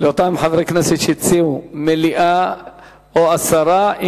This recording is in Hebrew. לפי אותם חברי כנסת שהציעו מליאה או הסרה.